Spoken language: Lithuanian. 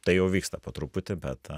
tai jau vyksta po truputį bet